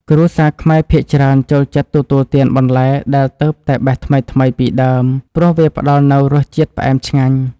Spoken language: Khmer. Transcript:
គ្រួសារខ្មែរភាគច្រើនចូលចិត្តទទួលទានបន្លែដែលទើបតែបេះថ្មីៗពីដើម ព្រោះវាផ្តល់នូវរសជាតិផ្អែមឆ្ងាញ់។